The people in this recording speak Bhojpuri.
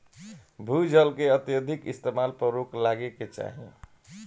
भू जल के अत्यधिक इस्तेमाल पर रोक लागे के चाही